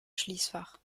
schließfach